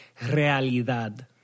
realidad